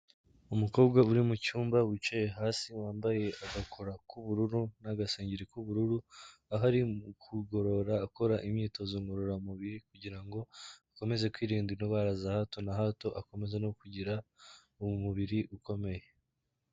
Umukobwa uri mu cyumba wicaye hasi wambaye agakora k'ubururu n'agasengeri k'ubururu, ahari mu kugorora akora imyitozo ngororamubiri, kugira ngo akomeze kwirinda indwara za hato na hato, akomezaze no kugira umubiri ukomeye.